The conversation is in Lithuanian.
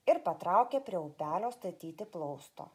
ir patraukė prie upelio statyti plausto